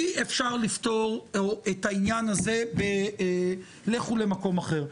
אי אפשר לפתור את העניין הזה עם המשפט לכו למקום אחר,